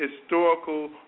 historical